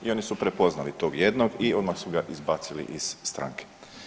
I oni su prepoznali tog jednog i odmah su ga izbacili iz stranke.